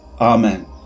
Amen